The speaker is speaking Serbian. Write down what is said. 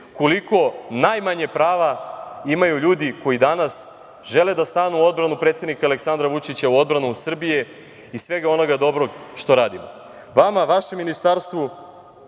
koliko najmanje prava imaju ljudi koji danas žele da stanu u odbranu predsednika Aleksandra Vučića, u odbranu Srbije, i svega onoga dobrog što radimo. Vama, vašem ministarstvu,